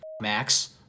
Max